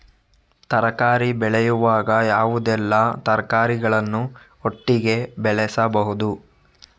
ತರಕಾರಿ ಬೆಳೆಯುವಾಗ ಯಾವುದೆಲ್ಲ ತರಕಾರಿಗಳನ್ನು ಒಟ್ಟಿಗೆ ಬೆಳೆಸಬಹುದು?